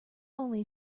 only